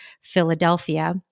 Philadelphia